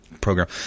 program